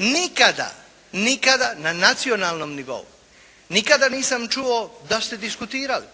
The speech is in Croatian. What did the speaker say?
Nikada, nikada na nacionalnom nivou, nikada nisam čuo da ste diskutirali.